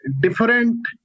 different